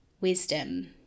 wisdom